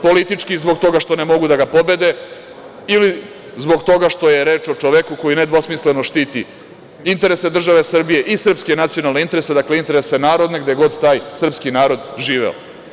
Politički zbog toga što ne mogu da ga pobede, ili zbog toga što je reč o čoveku koji nedvosmisleno štiti interese države Srbije i srpske nacionalne interese, dakle interese narodne, gde god taj srpski narod živeo.